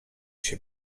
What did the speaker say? się